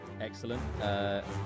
Excellent